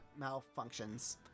malfunctions